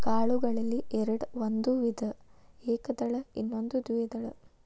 ಕಾಳುಗಳಲ್ಲಿ ಎರ್ಡ್ ಒಂದು ವಿಧ ಏಕದಳ ಇನ್ನೊಂದು ದ್ವೇದಳ